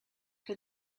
for